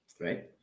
Right